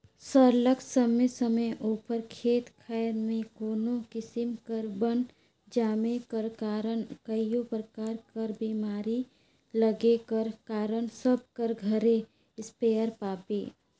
सरलग समे समे उपर खेत खाएर में कोनो किसिम कर बन जामे कर कारन कइयो परकार कर बेमारी लगे कर कारन सब कर घरे इस्पेयर पाबे